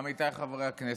עמיתיי חברי הכנסת,